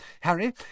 Harry